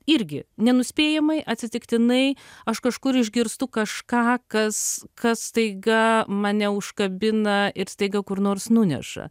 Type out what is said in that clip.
irgi nenuspėjamai atsitiktinai aš kažkur išgirstu kažką kas kas staiga mane užkabina ir staiga kur nors nuneša